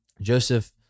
joseph